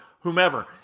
whomever